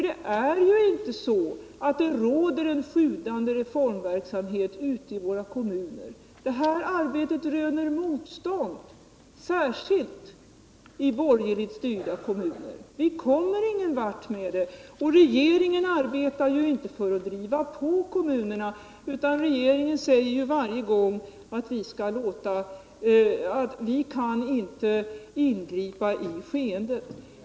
Det är inte så att det råder en sjudande reformverksamhet ute i våra kommuner. Arbetet med boendemiljön röner motstånd, särskilt i borgerligt styrda kommuner, där vi inte kommer någonstans. Regeringen arbetar inte heller med att driva på kommunerna utan säger varje 'gång alt den inte kan ingripa i skeendet.